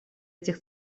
этих